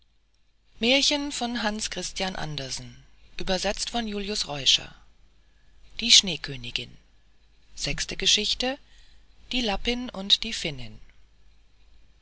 in lappland sechste geschichte die lappin und die finnin